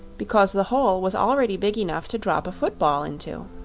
because the hole was already big enough to drop a football into.